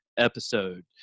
episode